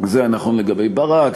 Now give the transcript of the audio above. זה היה נכון לגבי ברק,